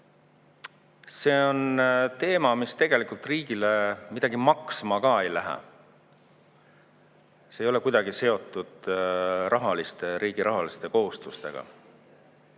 see on teema, mis tegelikult riigile midagi maksma ei lähe. See ei ole kuidagi seotud riigi rahaliste kohustustega.